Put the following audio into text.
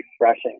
refreshing